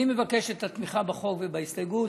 אני מבקש את התמיכה בחוק ובהסתייגות.